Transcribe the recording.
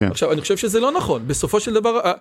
עכשיו אני חושב שזה לא נכון, בסופו של דבר...